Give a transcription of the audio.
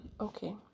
okay